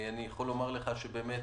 אני יכול לומר לך שהשר